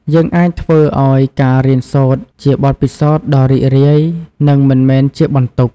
យើងអាចធ្វើឲ្យការរៀនសូត្រជាបទពិសោធន៍ដ៏រីករាយ និងមិនមែនជាបន្ទុក។